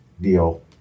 deal